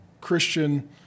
Christian